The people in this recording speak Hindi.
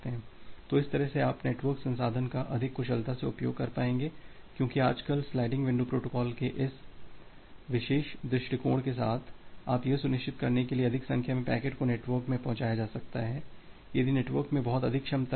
तो इस तरह से आप नेटवर्क संसाधन का अधिक कुशलता से उपयोग कर पाएंगे क्योंकि आजकल स्लाइडिंग विंडो प्रोटोकॉल के इस विशेष दृष्टिकोण के साथ आप यह सुनिश्चित करेंगे कि अधिक संख्या में पैकेट को नेटवर्क में पहुचाया जा सकता है यदि नेटवर्क में बहुत अधिक क्षमता है